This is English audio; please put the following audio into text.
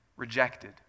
Rejected